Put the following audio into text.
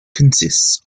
consists